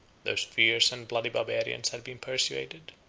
those fierce and bloody barbarians had been persuaded,